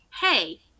hey